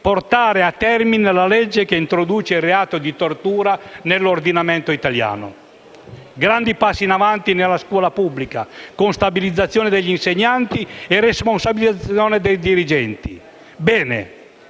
portare a termine la legge che introduce il reato di tortura nell'ordinamento italiano. Grandi passi in avanti sono stati fatti nella scuola pubblica con stabilizzazione degli insegnanti e responsabilizzazione dei dirigenti. Bene,